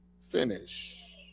finish